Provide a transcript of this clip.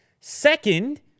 Second